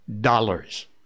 dollars